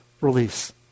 release